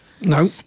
No